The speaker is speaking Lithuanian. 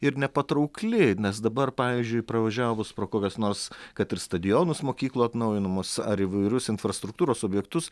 ir nepatraukli nes dabar pavyzdžiui pravažiavus pro kokias nors kad ir stadionus mokyklų atnaujinamus ar įvairius infrastruktūros objektus